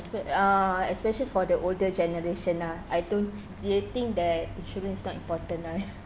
espe~ ah especially for the older generation ah I don't they will think that insurance is not important lah